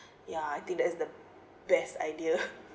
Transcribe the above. ya I think that's the best idea